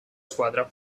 squadra